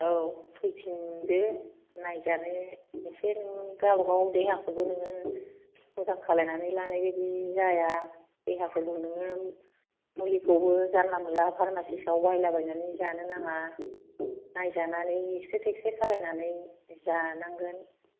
औ फैफिनदो नायजानो एसे नोङो गावबागाव देहाखौबो नोङो मोजां खालामनानै लानाय बायदि जाया देहाफोरखौ नोङो जानला मानला फारमासिस याव बायला बायनानै जानो नाङा नायजानानै एकस्रे थेकस्रे खालायनानै जानांगोन